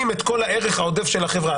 אם את כל הערך העודף של החברה,